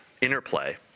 interplay